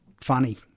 funny